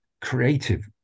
creative